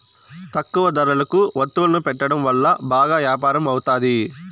తక్కువ ధరలకు వత్తువులను పెట్టడం వల్ల బాగా యాపారం అవుతాది